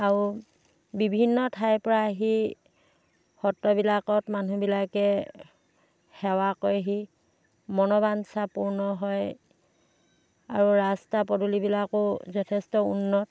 আৰু বিভিন্ন ঠাইৰ পৰা আহি সত্ৰবিলাকত মানুহবিলাকে সেৱা কৰেহি মনোবাঞ্ছা পূৰ্ণ হয় আৰু ৰাস্তা পদূলিবিলাকো যথেষ্ট উন্নত